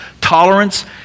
tolerance